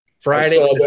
friday